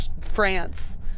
France